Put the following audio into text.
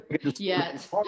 yes